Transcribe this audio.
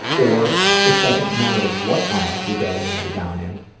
or it doesn't matter what aisle you go and lay down in,